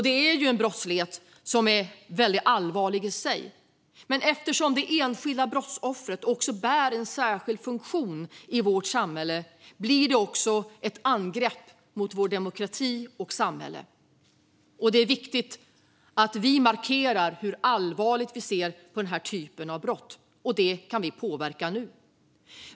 Detta är ju en brottslighet som är väldigt allvarlig i sig, men eftersom det enskilda brottsoffret bär en särskild funktion i vårt samhälle blir det också ett angrepp mot vår demokrati och vårt samhälle. Det är viktigt att vi markerar hur allvarligt vi ser på den här typen av brott. Detta kan vi påverka nu.